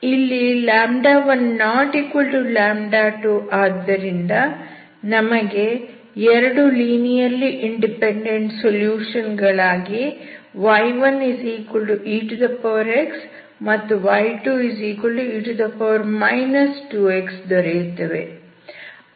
ಇಲ್ಲಿ 12 ಆದ್ದರಿಂದ ನಮಗೆ 2 ಲೀನಿಯರ್ಲಿ ಇಂಡಿಪೆಂಡೆಂಟ್ ಸೊಲ್ಯೂಷನ್ ಗಳಾಗಿ y1ex ಮತ್ತು y2e 2x ದೊರೆಯುತ್ತವೆ